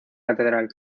catedral